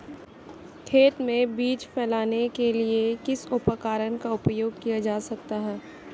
खेत में बीज फैलाने के लिए किस उपकरण का उपयोग किया जा सकता है?